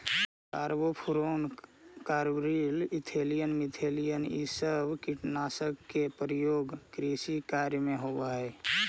carbofuran, carbaryl, ethylene, methylene इ सब कीटनाशक के प्रयोग कृषि कार्य में होवऽ हई